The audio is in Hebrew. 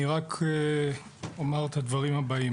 אני רק אומר את הדברים הבאים.